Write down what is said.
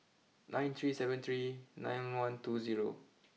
nine three seven three nine one two zero